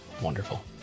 wonderful